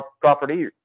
property